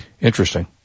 Interesting